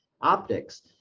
optics